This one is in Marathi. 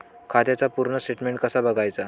खात्याचा पूर्ण स्टेटमेट कसा बगायचा?